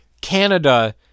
Canada